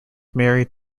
married